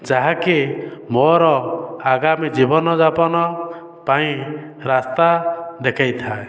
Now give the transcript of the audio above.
ଯାହାକି ମୋର ଆଗାମୀ ଜୀବନ ଜାପନ ପାଇଁ ରାସ୍ତା ଦେଖେଇଥାଏ